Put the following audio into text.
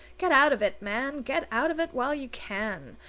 get out of it, man, get out of it while you can!